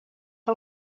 que